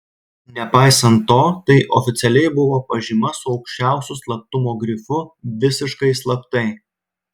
nepaisant to tai oficialiai buvo pažyma su aukščiausiu slaptumo grifu visiškai slaptai